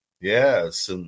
yes